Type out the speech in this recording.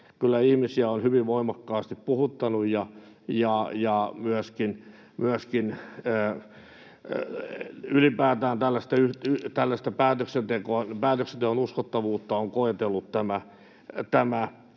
kyllä ihmisiä on hyvin voimakkaasti puhuttanut, ja myöskin ylipäätään tällaista päätöksenteon uskottavuutta on koetellut tämä